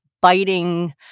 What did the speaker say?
biting